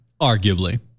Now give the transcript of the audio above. Arguably